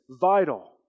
vital